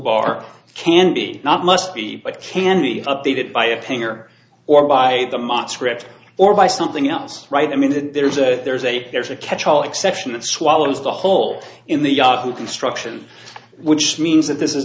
bar candy not must be but can be updated by a painter or by the mot script or by something else right i mean that there's a there's a there's a catch all exception that swallows the whole in the yahoo construction which means that this is